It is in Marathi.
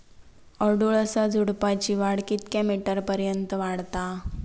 अडुळसा झुडूपाची वाढ कितक्या मीटर पर्यंत वाढता?